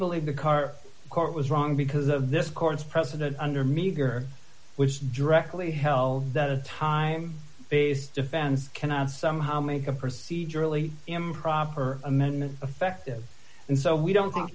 believe the car court was wrong because of this court's precedent under meagre which directly hell that a time based defense cannot somehow make a procedure only improper amendment effective and so we don't